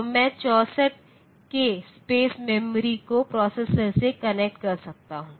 तो मैं 64k space memory को प्रोसेसर से कनेक्टकर सकता हूं